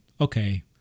okay